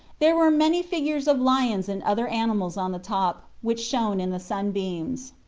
there were many figures of lions and other animals on the top, which shone in the sunbeams.